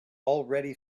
already